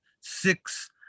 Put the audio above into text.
six